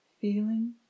feeling